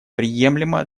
приемлемо